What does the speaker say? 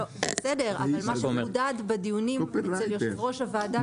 בסדר אבל מה שחודד בדיונים אצל יושב ראש הוועדה,